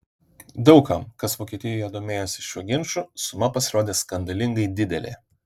daug kam kas vokietijoje domėjosi šiuo ginču suma pasirodė skandalingai didelė